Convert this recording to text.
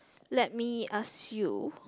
let me ask you